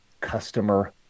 customer